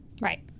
Right